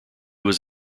was